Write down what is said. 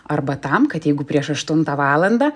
arba tam kad jeigu prieš aštuntą valandą